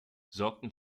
sorgten